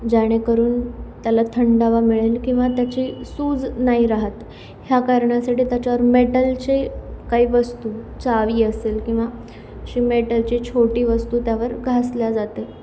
जेणेकरून त्याला थंडावा मिळेल किंवा त्याची सूज नाही राहत ह्या कारणासाठी त्याच्यावर मेटलचे काही वस्तू चावी असेल किंवा शी मेटलची छोटी वस्तू त्यावर घासल्या जाते